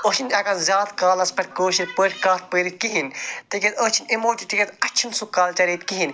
أسۍ چھِنہٕ ہیٚکان زیادٕ کالَس پٮ۪ٹھ کٲشِر پٲٹھۍ کَتھ پٔرِتھ کِہیٖنۍ تِکیٛازِ أسۍ چھِ اَمہِ موجوٗب تِکیٛازِ اسہِ چھُنہٕ سُہ کَلچَر ییٚتہِ کِہیٖنۍ